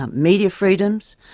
um media freedoms,